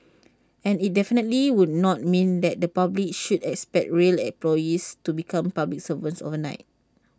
and IT definitely would not mean that the public should expect rail employees to become public servants overnight